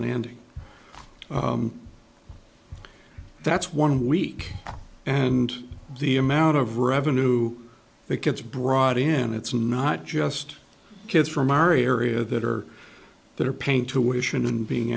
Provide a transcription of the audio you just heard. landing that's one week and the amount of revenue that gets brought in it's not just kids from our area that are that are paying to wish and in being